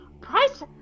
Price